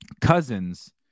Cousins